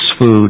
food